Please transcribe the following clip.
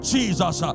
Jesus